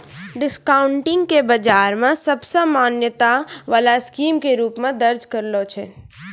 discounting के बाजार मे सबसे ज्यादा मान्यता वाला स्कीम के रूप मे दर्ज कैलो छै